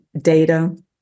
data